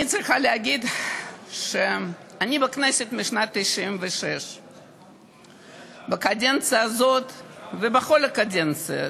אני צריכה להגיד שאני בכנסת מאז שנת 1996. בקדנציה הזאת ובכל הקדנציות,